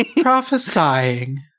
prophesying